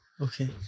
Okay